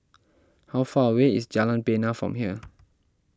how far away is Jalan Bena from here